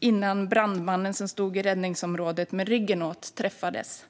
innan brandmannen, som stod i räddningsområdet med ryggen åt, träffades.